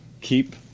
keep